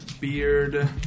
Beard